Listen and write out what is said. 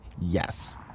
yes